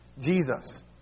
Jesus